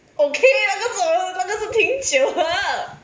ok 这个是挺久的